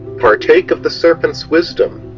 partake of the serpent's wisdom,